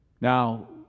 Now